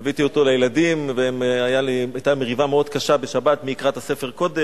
הבאתי אותו לילדים והיתה מריבה מאוד קשה בשבת מי יקרא את הספר קודם.